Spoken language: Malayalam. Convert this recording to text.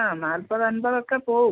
ആ നാൽപ്പത് അൻപത് ഒക്കെ പോകും